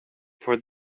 for